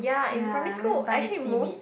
ya I always buy seaweed